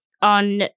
on